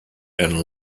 and